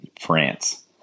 France